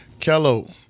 Kello